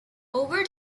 over